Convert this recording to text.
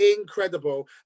Incredible